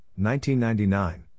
1999